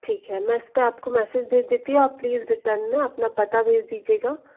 ठीक है मैं इसपे आपको मैसेज भेज देती हूँ आप प्लीज़ रिटर्न में अपना पता भेज दीजिएगा